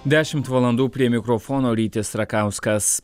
dešimt valandų prie mikrofono rytis rakauskas